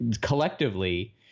collectively